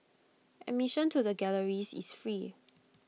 admission to the galleries is free